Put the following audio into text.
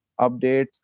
updates